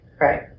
Right